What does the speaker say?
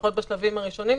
לפחות בשלבים הראשונים,